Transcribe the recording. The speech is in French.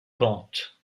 pente